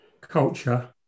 culture